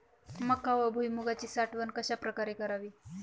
मका व भुईमूगाची साठवण कशाप्रकारे करावी?